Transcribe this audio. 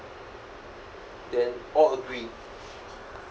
then all agree